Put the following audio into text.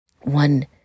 one